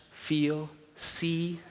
feel, see,